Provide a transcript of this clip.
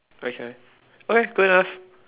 okay okay good enough